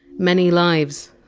many lives,